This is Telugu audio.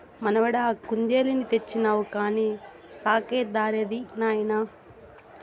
మనవడా కుందేలుని తెచ్చినావు కానీ సాకే దారేది నాయనా